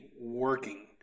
working